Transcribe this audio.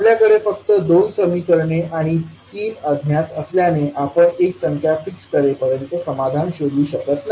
आपल्याकडे फक्त दोन समीकरणे आणि तीन अज्ञात असल्याने आपण एक संख्या फिक्स करेपर्यंत समाधान शोधू शकत नाही